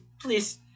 please